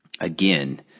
Again